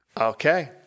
Okay